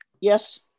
Yes